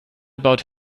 about